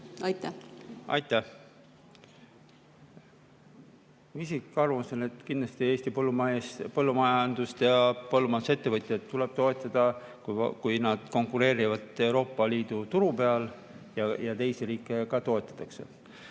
Aitäh! Minu isiklik arvamus on, et kindlasti Eesti põllumajandust ja põllumajandusettevõtjaid tuleb toetada, kui nad konkureerivad Euroopa Liidu turu peal. Teiste riikide [omi] toetatakse.